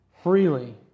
freely